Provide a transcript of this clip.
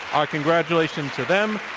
our congratulations to them.